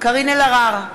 קארין אלהרר,